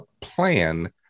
plan